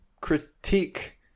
critique